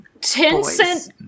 Tencent